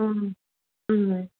ꯎꯝ ꯎꯝ